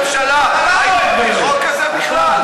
אם לראש הממשלה לא היה עניין היית מביא חוק כזה בכלל?